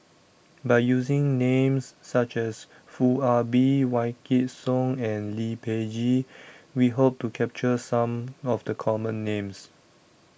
By using Names such as Foo Ah Bee Wykidd Song and Lee Peh Gee We Hope to capture Some of The Common Names